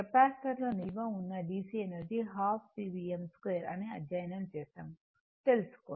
capacitor లో నిల్వ ఉన్న DC ఎనర్జీ ½ C Vm 2 అని అధ్యయనం చేసాము తెలుసుకోండి